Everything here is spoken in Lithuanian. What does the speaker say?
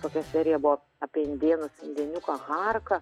tokia serija buvo apie indėnus indėniuką harką